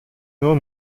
nur